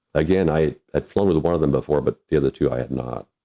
again, i had flown with one of them before, but the other two i had not.